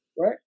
right